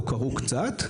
או קראו קצת,